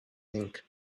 think